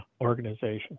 organization